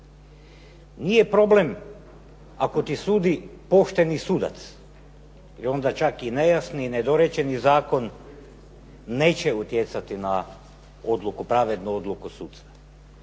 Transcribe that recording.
Nije problem ako ti sudi pošteni sudac i onda čak i nejasni i nedorečeni zakon, neće utjecati na odluku, pravednu odluku suca.